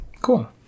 Cool